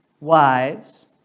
wives